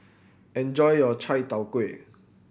enjoy your Chai Tow Kuay